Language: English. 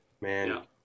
man